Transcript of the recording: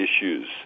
issues